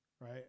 right